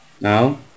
Now